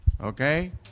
Okay